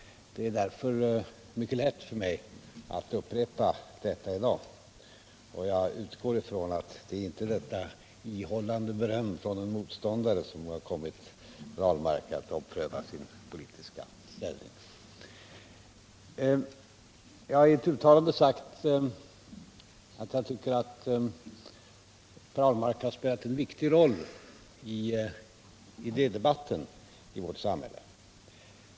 Det är därför mycket lätt för mig att upprepa detta i dag, och jag utgår ifrån att det inte är detta ihållande beröm från en motståndare som har kommit Per Ahlmark att ompröva sin politiska ställning. Jag hari ett uttalande sagt att jag tycker att Per Ahlmark har spelat en viktig roll i idédebatten i vårt samhälle.